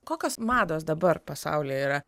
kokios mados dabar pasaulyje yra